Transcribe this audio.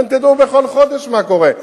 הרי תדעו בכל חודש מה קורה.